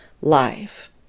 life